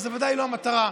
וזאת בוודאי לא המטרה,